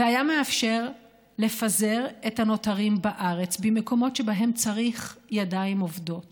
והיה מאפשר לפזר את הנותרים בארץ במקומות שבהם צריך ידיים עובדות